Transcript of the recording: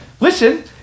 listen